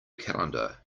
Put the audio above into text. calendar